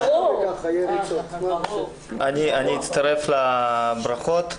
אני אצטרף לברכות.